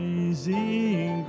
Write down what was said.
Amazing